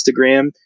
Instagram